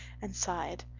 and sighed.